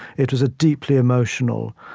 it was a deeply emotional